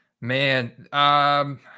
Man